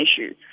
issue